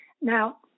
Now